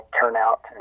turnout